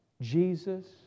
Jesus